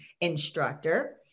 instructor